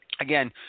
again